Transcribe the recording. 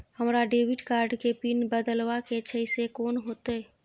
हमरा debit card के PIN बदलवा के छै से कोन होतै?